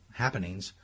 happenings